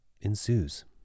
ensues